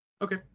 Okay